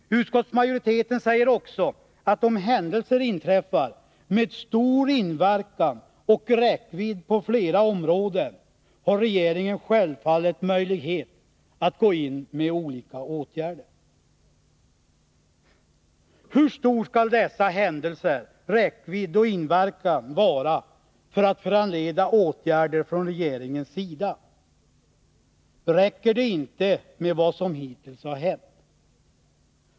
Utskottsmajoriteten säger också, att om händelser inträffar med stor inverkan och räckvidd på flera områden, har regeringen självfallet möjlighet att gå in med olika åtgärder. Hur omfattande skall dessa händelser vara och hur stor skall deras räckvidd och inverkan vara för att föranleda åtgärder från regeringens sida? Räcker det inte med vad som hittills har hänt?